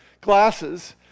glasses